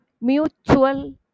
mutual